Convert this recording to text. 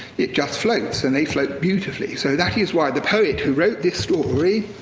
it just floats. and they float beautifully. so that is why the poet who wrote this story,